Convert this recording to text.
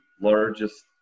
Largest